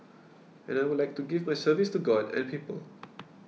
and I would like to give my service to God and people